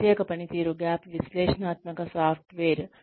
ప్రత్యేక పనితీరు గ్యాప్ విశ్లేషణాత్మక సాఫ్ట్వేర్